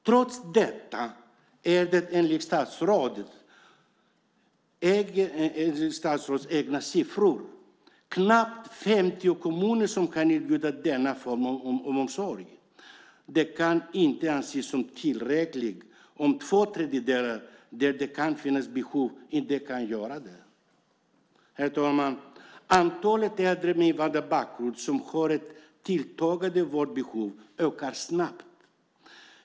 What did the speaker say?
Trots detta är det enligt statsrådets egna siffror knappt 50 kommuner som kan erbjuda denna form av omsorg. Det kan inte anses tillräckligt om två tredjedelar av kommunerna där det kan finnas behov inte kan erbjuda detta. Herr talman! Antalet äldre med invandrarbakgrund som har ett tilltagande vårdbehov ökar snabbt.